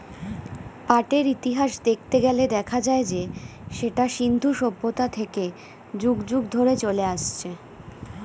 পাটের ইতিহাস দেখতে গেলে দেখা যায় যে সেটা সিন্ধু সভ্যতা থেকে যুগ যুগ ধরে চলে আসছে